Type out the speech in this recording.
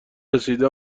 رسیده